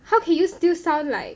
how can you still sound like